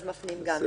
אז מפנים גם לזה.